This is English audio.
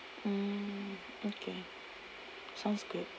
mm okay sounds good